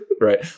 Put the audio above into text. right